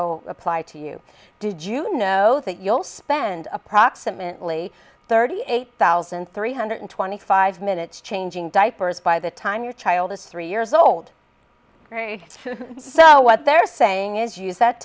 so apply to you did you know that you'll spend approximately thirty eight thousand three hundred twenty five minutes changing diapers by the time your child is three years old married so what they're saying is use that